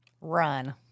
Run